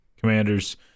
Commanders